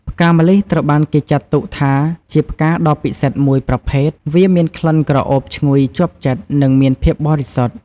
ផ្កាម្លិះត្រូវបានគេចាត់ទុកថាជាផ្កាដ៏ពិសិដ្ឋមួយប្រភេទ វាមានក្លិនក្រអូបឈ្ងុយជាប់ចិត្ត និងមានភាពបរិសុទ្ធ។